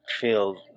feel